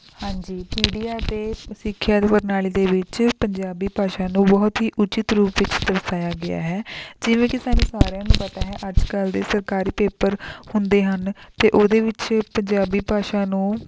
ਹਾਂਜੀ ਮੀਡੀਆ ਅਤੇ ਸਿੱਖਿਆ ਦੀ ਪ੍ਰਣਾਲੀ ਦੇ ਵਿੱਚ ਪੰਜਾਬੀ ਭਾਸ਼ਾ ਨੂੰ ਬਹੁਤ ਹੀ ਉਚਿਤ ਰੂਪ ਵਿੱਚ ਦਰਸਾਇਆ ਗਿਆ ਹੈ ਜਿਵੇਂ ਕਿ ਸਾਨੂੰ ਸਾਰਿਆਂ ਨੂੰ ਪਤਾ ਹੈ ਅੱਜ ਕੱਲ੍ਹ ਦੇ ਸਰਕਾਰੀ ਪੇਪਰ ਹੁੰਦੇ ਹਨ ਅਤੇ ਉਹਦੇ ਵਿੱਚ ਪੰਜਾਬੀ ਭਾਸ਼ਾ ਨੂੰ